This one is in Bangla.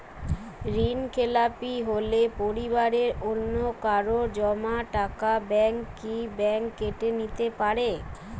ঋণখেলাপি হলে পরিবারের অন্যকারো জমা টাকা ব্যাঙ্ক কি ব্যাঙ্ক কেটে নিতে পারে?